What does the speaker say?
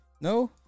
No